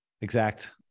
exact